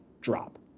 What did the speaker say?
drop